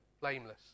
blameless